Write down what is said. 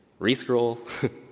Rescroll